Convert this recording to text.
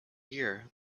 year